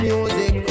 Music